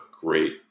great